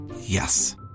Yes